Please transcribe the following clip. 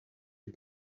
est